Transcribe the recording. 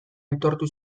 aitortu